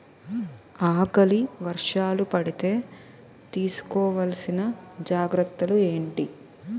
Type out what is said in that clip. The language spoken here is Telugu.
ఆకలి వర్షాలు పడితే తీస్కో వలసిన జాగ్రత్తలు ఏంటి?